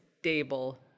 stable